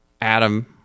Adam